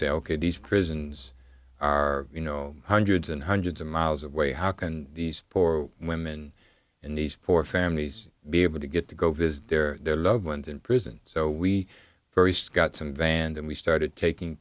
say ok these prisons are you know hundreds and hundreds of miles away how can these poor women and these poor families be able to get to go visit their their loved ones in prison so we very scott some vans and we started taking